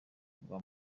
rwa